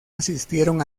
asistieron